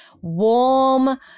warm